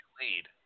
lead